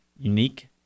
unique